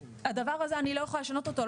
הדבר הזה, אני לא יכולה לשנות אותו.